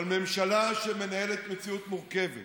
אבל ממשלה שמנהלת מציאות מורכבת